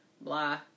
blah